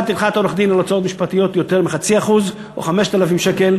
טרחת עורך-דין על הוצאות משפטיות יותר מ-0.5% או 5,000 שקל,